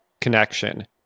connection